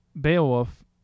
Beowulf